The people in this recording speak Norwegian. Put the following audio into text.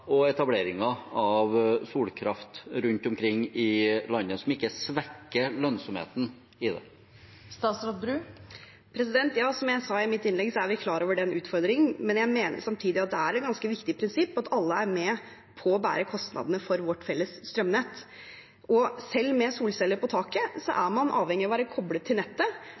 og etablering av solkraft rundt omkring i landet – som ikke svekker lønnsomheten i det. Som jeg sa i mitt innlegg, er vi klar over den utfordringen, men jeg mener samtidig at det er et ganske viktig prinsipp at alle er med på å bære kostnadene for vårt felles strømnett. Selv med solceller på taket er man avhengig av å være koblet til nettet,